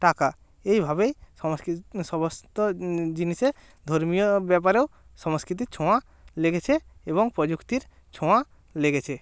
টাকা এইভাবেই সংস্কৃতি সমস্ত জিনিসের ধর্মীয় ব্যাপারেও সংস্কৃতির ছোঁয়া লেগেছে এবং প্রযুক্তির ছোঁয়া লেগেছে